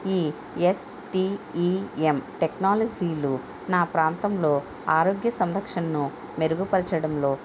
ఈ ఎఎస్టీఈఎం టెక్నాలజీలు నా ప్రాంతంలో ఆరోగ్య సంరక్షణను మెరుగుపరచడంలో